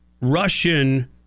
Russian